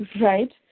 right